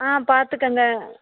ஆ பார்த்துக்கங்க